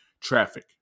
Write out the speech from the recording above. traffic